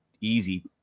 easy